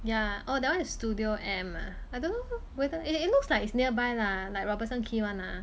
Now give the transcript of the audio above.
yeah oh that one is studio M ah I don't know whether it looks like it's nearby lah like robertson quay one lah